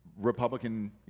Republican